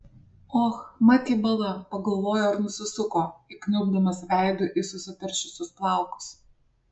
och mat jį bala pagalvojo ir nusisuko įkniubdamas veidu į susitaršiusius plaukus